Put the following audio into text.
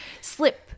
slip